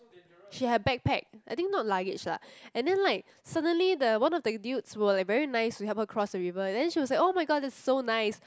she had backpack I think not luggage lah and then like suddenly the one of the dudes were like very nice to help her cross the river then she was like oh-my-god that's so nice